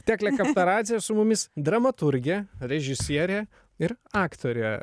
teklė kasperadzė su mumis dramaturgė režisierė ir aktorė